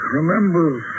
remembers